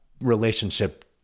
relationship